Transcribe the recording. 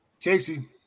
Casey